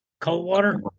Coldwater